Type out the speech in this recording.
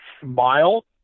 smile